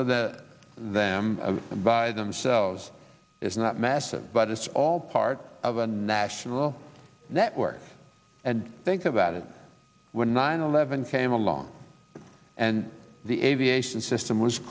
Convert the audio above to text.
of the them by themselves is not massive but it's all part of a national network and think about it when nine eleven came along and the aviation system was